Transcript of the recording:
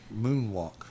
moonwalk